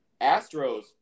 astros